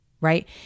right